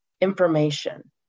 information